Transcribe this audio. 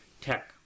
tech